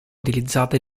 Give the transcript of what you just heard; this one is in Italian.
utilizzata